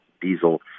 diesel